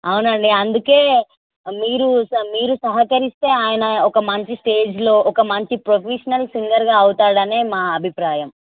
అవునండి అందుకే మీరు స మీరు సహకరిస్తే ఆయన ఒక మంచి స్టేజ్లో ఒక మంచి ప్రొఫెషనల్ సింగర్గా అవుతాడని మా అభిప్రాయం